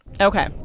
Okay